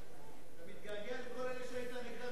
אתה מתגעגע לכל מי שהיית נגדו במשך השנים.